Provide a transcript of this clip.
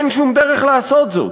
אין שום דרך לעשות זאת.